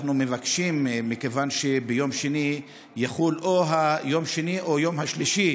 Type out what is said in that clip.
ומכיוון שביום שני יחול או היום השני או היום השלישי